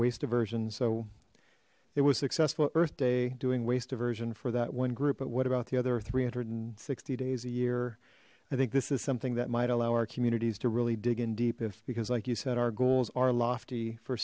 waste diversion so it was successful earth day doing waste diversion for that one group but what about the other three hundred and sixty days a year i think this is something that might allow our communities to really dig in deep if because like you said our goals are lofty for